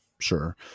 Sure